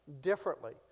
differently